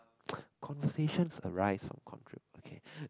conversations arise from contra~ okay